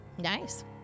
Nice